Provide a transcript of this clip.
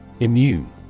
Immune